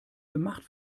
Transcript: gemacht